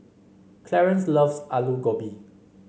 Clarance loves Alu Gobi